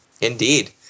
Indeed